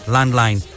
Landline